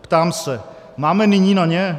Ptám se: Máme nyní na ně?